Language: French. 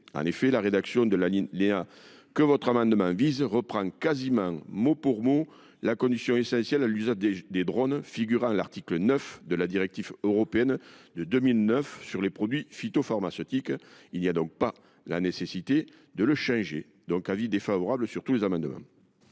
en effet, la rédaction de l’alinéa que votre amendement vise reprend quasiment mot pour mot la condition essentielle à l’usage des drones figurant à l’article 9 de la directive européenne de 2009 sur les produits phytopharmaceutiques. Il n’est donc pas nécessaire de la modifier. Avis défavorable. Quel est